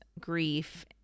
grief